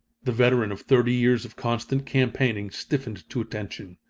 the veteran of thirty years of constant campaigning stiffened to attention.